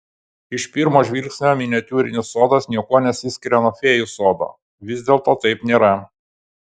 iš pirmo žvilgsnio miniatiūrinis sodas niekuo nesiskiria nuo fėjų sodo vis dėlto taip nėra